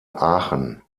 aachen